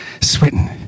sweating